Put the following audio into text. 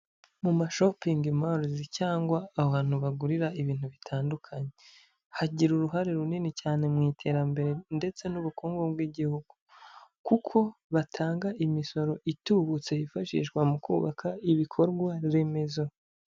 Mu mashopingi marizi cyangwa ahantu bagurira ibintu bitandukanye, hagira uruhare runini cyane mu iterambere ndetse n'ubukungu bw'igihugu kuko batanga imisoro itubutse yifashishwa mu kubaka ibikorwa remezo.